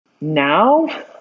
Now